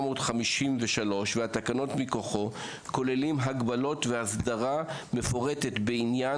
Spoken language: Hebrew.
והתקנות מכוחו כוללים הגבלות והסדרה מפורטת בעניין